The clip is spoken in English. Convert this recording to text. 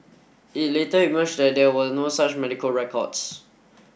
it later emerged that there were no such medical records